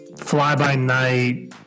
fly-by-night